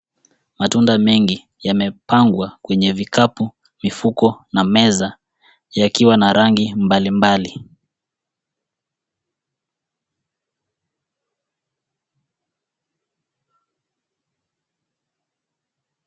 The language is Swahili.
Matunda mengi yamepangwa kenye vikapu, mifuko na meza yakiwa na rangi mbalimbali.